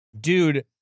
dude